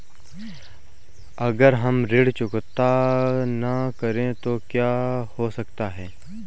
अगर हम ऋण चुकता न करें तो क्या हो सकता है?